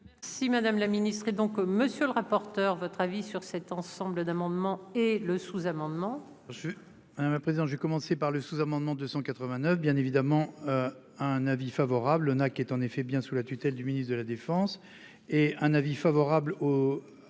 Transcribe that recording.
Merci. Si madame la ministre et donc monsieur le rapporteur. Votre avis sur cet ensemble d'amendements et le sous-amendement. Je suis à ma présidence, j'ai commencé par le sous-amendement de 189 bien évidemment. Un avis favorable a qui est en effet bien sous la tutelle du ministre de la Défense et un avis favorable au